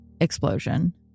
explosion